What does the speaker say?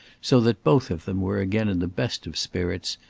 so that both of them were again in the best of spirits,